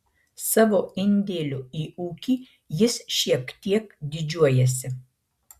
savo indėliu į ūkį jis šiek tiek didžiuojasi